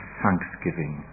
thanksgiving